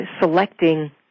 selecting